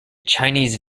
chinese